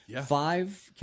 five –